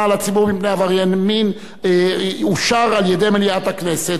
על הציבור מפני עברייני מין אושרה על-ידי מליאת הכנסת.